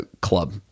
club